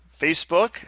Facebook